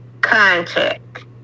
contact